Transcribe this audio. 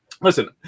Listen